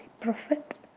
prophet